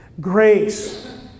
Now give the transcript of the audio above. Grace